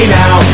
now